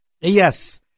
Yes